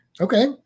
Okay